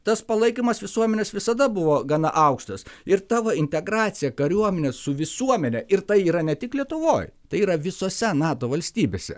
tas palaikymas visuomenės visada buvo gana aukštas ir ta va integracija kariuomenės su visuomene ir tai yra ne tik lietuvoj tai yra visose nato valstybėse